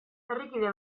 herrikide